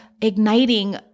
igniting